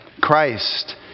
Christ